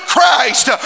Christ